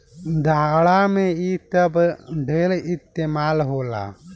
जाड़ा मे इ सब के ढेरे इस्तमाल होला